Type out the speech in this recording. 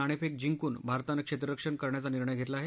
नाणेफेक जिंकून भारतानं क्षेत्ररक्षण करण्याचा निर्णय घेतला आहे